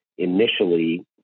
initially